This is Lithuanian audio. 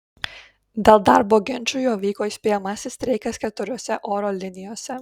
dėl darbo ginčų jau vyko įspėjamasis streikas keturiose oro linijose